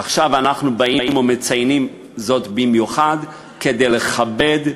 עכשיו אנחנו באים ומציינים זאת במיוחד כדי לכבד,